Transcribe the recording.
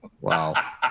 Wow